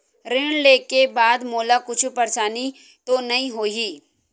ऋण लेके बाद मोला कुछु परेशानी तो नहीं होही?